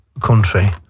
country